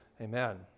Amen